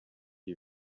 iyi